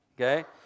okay